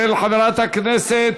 של חברת הכנסת